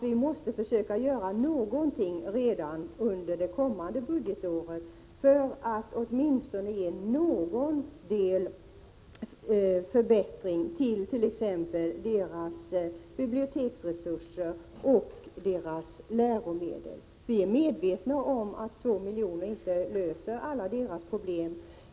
Vi måste försöka göra någonting redan under det kommande budgetåret för att åtminstone ge någon förbättring till t.ex. deras biblioteksresurser och läromedel. Vi är medvetna om att 2 miljoner inte löser alla deras problem.